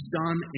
done